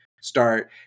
start